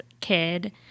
kid